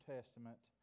Testament